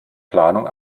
planung